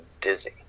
dizzy